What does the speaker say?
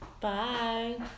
Bye